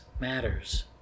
matters